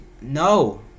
No